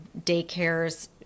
daycares